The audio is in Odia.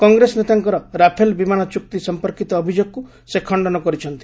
କଂଗ୍ରେସ ନେତାଙ୍କର ରାଫେଲ୍ ବିମାନ ଚୁକ୍ତି ସମ୍ପର୍କିତ ଅଭିଯୋଗକୁ ସେ ଖଶ୍ତନ କରିଛନ୍ତି